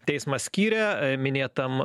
teismas skyrė minėtam